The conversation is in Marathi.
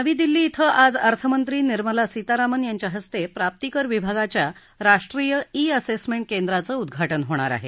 नवी दिल्ली धिं आज अर्थमंत्री निर्मला सीतारामन यांच्या हस्ते प्राप्तिकर विभागाच्या राष्ट्रीय ई असेसमेंट केंद्राचं उद्घाटन होणार आहे